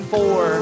Four